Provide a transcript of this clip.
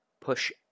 Push